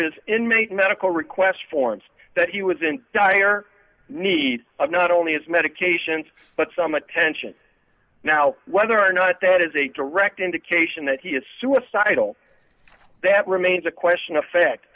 his inmate medical request forms that he was in dire need of not only his medications but some attention now whether or not that is a direct indication that he is suicidal that remains a question effect